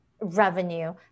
revenue